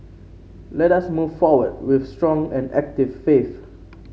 let us move forward with strong and active faith